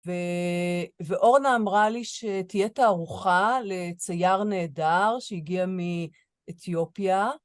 ואורנה אמרה לי שתהיה תערוכה לצייר נהדר שהגיע מאתיופיה.